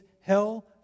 hell